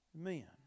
Amen